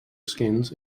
skins